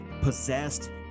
possessed